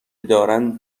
دارند